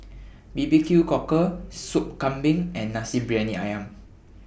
B B Q Cockle Sop Kambing and Nasi Briyani Ayam